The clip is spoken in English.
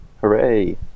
Hooray